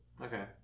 Okay